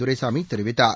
துரைசாமி தெரிவித்தார்